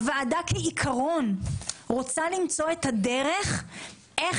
הוועדה כעיקרון רוצה למצוא את הדרך איך